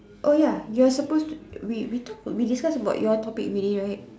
oh ya you're supposed we talk we discuss about your topic already right